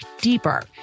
deeper